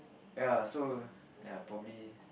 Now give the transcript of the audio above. ya so ya probably